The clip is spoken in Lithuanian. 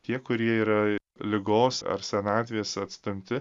tie kurie yra ligos ar senatvės atstamti